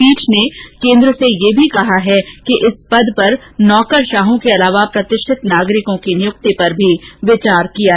पीठ ने केन्द्र से यह भी कहा है कि इस पद पर नौकरशाहों के अलावा प्रतिष्ठित नागरिकों की नियुक्ति पर भी विचार करे